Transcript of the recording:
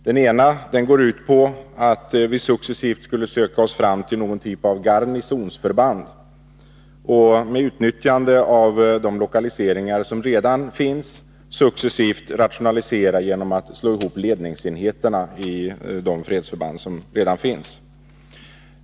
Den ena går ut på att vi successivt skulle söka oss fram till någon typ av garnisonsförband och, med utnyttjande av de redan befintliga lokaliseringarna, successivt rationalisera genom att slå ihop ledningsenheterna i de fredsförband som redan finns.